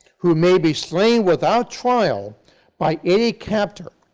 who may be slain with out trial by any captor,